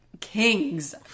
Kings